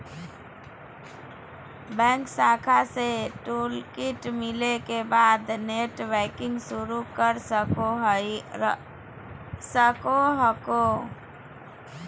bank शाखा से toolkit मिले के बाद नेटबैंकिंग शुरू कर सको हखो